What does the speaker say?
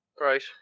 Right